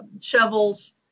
shovels